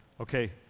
Okay